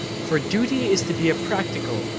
for duty is to be a practical,